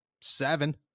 seven